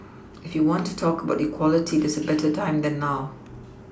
if you want to talk about equality there's no better time than now